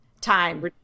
time